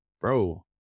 Bro